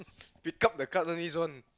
pick up the card only this one